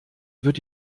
wird